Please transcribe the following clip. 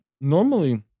Normally